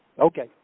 Okay